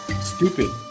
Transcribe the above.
stupid